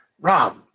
Rob